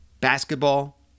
basketball